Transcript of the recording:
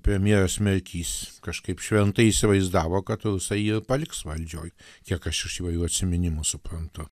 premjeras merkys kažkaip šventai įsivaizdavo kad rusai jį paliks valdžioj kiek aš iš jau jo atsiminimų suprantu